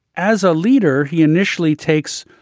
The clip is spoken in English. as a leader, he initially takes,